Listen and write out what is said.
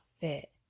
fit